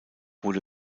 wurde